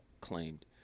claimed